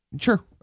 Sure